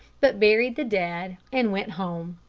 but buried the dead and went home.